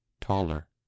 taller